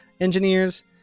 engineers